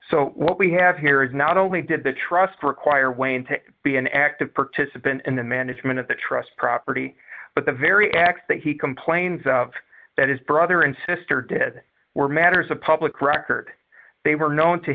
so what we have here is not only did the trust require wayne to be an active participant in the management of the trust property but the very acts that he complains of that his brother and sister did were matters of public record they were known to